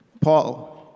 Paul